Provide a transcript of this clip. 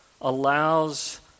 allows